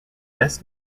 best